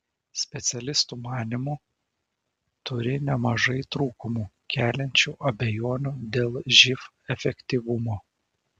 specialistų manymu turi nemažai trūkumų keliančių abejonių dėl živ efektyvumo